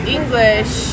English